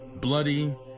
bloody